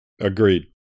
Agreed